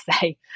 say